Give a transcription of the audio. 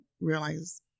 realize